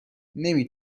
نمی